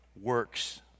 works